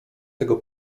tego